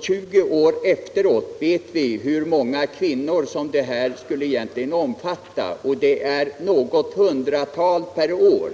20 år efteråt, vet vi hur många kvinnor som detta skulle komma att omfatta. Det är något hundratal per år.